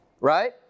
right